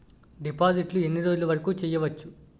డిపాజిట్లు ఎన్ని రోజులు వరుకు చెయ్యవచ్చు?